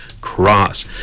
cross